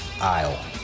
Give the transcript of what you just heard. aisle